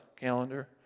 calendar